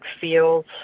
feels